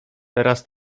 teraz